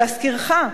להזכירך,